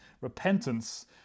repentance